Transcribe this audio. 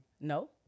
No